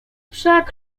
wszak